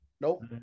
Nope